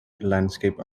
landscape